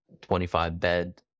25-bed